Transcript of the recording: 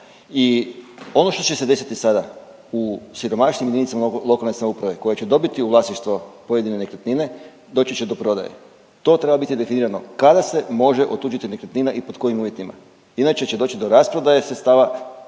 i ono što će se desiti sada u siromašnijim jedinicama lokalne samouprave koje će dobiti u vlasništvo pojedine nekretnine, doći će do prodaje. To treba biti definirano, kad se može otuđiti nekretnina i pod kojim uvjetima. Inače će doći do rasprodaje sredstava